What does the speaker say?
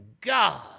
god